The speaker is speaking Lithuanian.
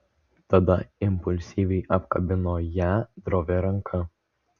tada impulsyviai apkabino ją drovia ranka